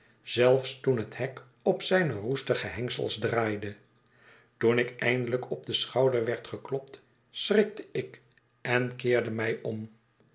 zelfs toen het hek op zijne roestige hengsels draaide toen ik eindelijk op den schouder werd geklopt schrikte ik en keerde mij om